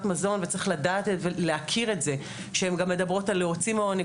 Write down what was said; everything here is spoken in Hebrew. מזון וצריך להכיר את זה שהם גם מדברות על להוציא מעוני,